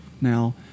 now